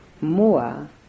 more